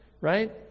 right